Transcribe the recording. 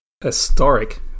Historic